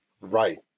Right